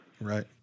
Right